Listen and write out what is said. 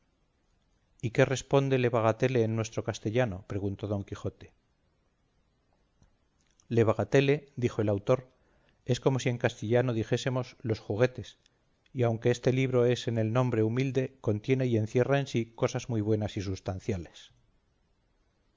y qué responde le bagatele en nuestro castellano preguntó don quijote le bagatele dijo el autor es como si en castellano dijésemos los juguetes y aunque este libro es en el nombre humilde contiene y encierra en sí cosas muy buenas y sustanciales